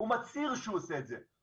הוא מצהיר שהוא עושה את זה.